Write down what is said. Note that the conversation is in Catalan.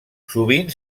sovint